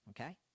okay